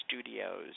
Studios